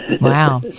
Wow